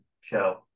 show